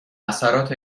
اثرات